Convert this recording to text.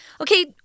Okay